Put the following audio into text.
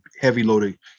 heavy-loaded